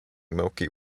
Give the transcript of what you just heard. milky